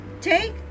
take